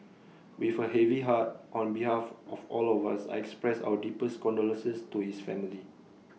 with A heavy heart on behalf of all of us I expressed our deepest condolences to his family